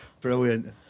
Brilliant